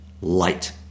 light